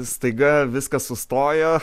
staiga viskas sustojo